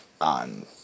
on